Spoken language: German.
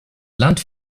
land